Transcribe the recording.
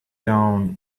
down